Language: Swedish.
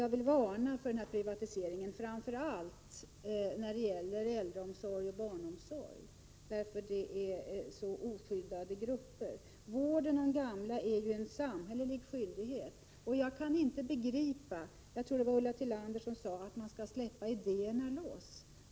Jag vill varna för den här privatiseringen, framför allt när det gäller äldreomsorg och barnomsorg, eftersom det där är fråga om så oskyddade grupper. Vården av gamla är ju en samhällelig skyldighet. Resonemanget härvidlag kan jag inte begripa. Jag tror att det var Ulla Tillander som sade att man skall släppa idéerna loss.